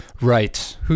Right